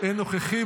אין נוכחים.